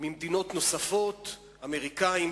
ממדינות נוספות: אמריקנים,